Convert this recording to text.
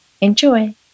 Enjoy